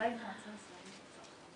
היית אתנו מתחילת הדיון?